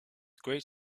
great